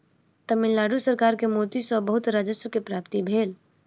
तमिल नाडु सरकार के मोती सॅ बहुत राजस्व के प्राप्ति भेल